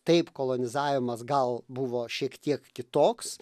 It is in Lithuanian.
taip kolonizavimas gal buvo šiek tiek kitoks